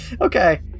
Okay